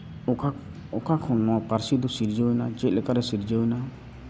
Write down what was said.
ᱚᱠᱟ ᱚᱠᱟ ᱠᱷᱚᱱ ᱱᱚᱣᱟ ᱯᱟᱹᱨᱥᱤ ᱫᱚ ᱥᱤᱨᱡᱟᱹᱣ ᱮᱱᱟ ᱪᱮᱫ ᱞᱮᱠᱟᱨᱮ ᱥᱤᱨᱡᱟᱹᱣ ᱮᱱᱟ